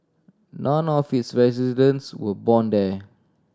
none of its residents were born there